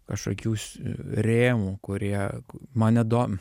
kažkokių s rėmų kurie mane dom